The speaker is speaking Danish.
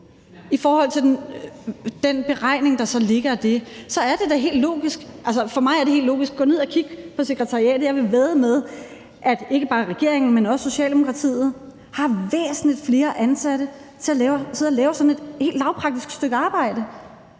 I forhold til den beregning, der ligger i det, er det da helt logisk. Altså, for mig er det helt logisk. Gå ned og kig på sekretariatet. Jeg vil vædde med, at ikke bare regeringen, men også Socialdemokratiet har væsentlig flere ansatte til at sidde og lave sådan et helt lavpraktisk stykke arbejde.